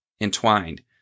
entwined